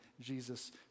Jesus